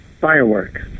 Firework